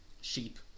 sheep